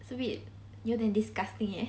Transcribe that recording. it's a bit 有一点 disgusting eh